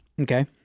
okay